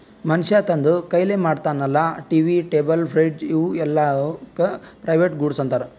ಮನ್ಶ್ಯಾ ತಂದ್ ಕೈಲೆ ಮಾಡ್ತಾನ ಅಲ್ಲಾ ಟಿ.ವಿ, ಟೇಬಲ್, ಫ್ರಿಡ್ಜ್ ಇವೂ ಎಲ್ಲಾಕ್ ಪ್ರೈವೇಟ್ ಗೂಡ್ಸ್ ಅಂತಾರ್